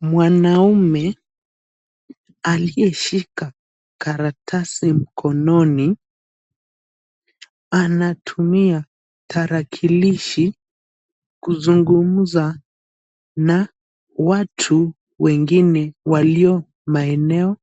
Mwanaume aliyeshika karatasi mkononi anatumia tarakilishi kuzungumza na watu wengine walio maeneo